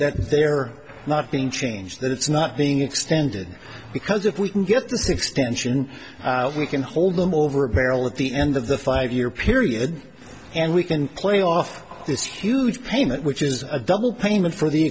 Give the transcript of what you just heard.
that they're not being changed that it's not being extended because if we can get this extension we can hold them over a barrel at the end of the five year period and we can play off this huge payment which is a double payment for the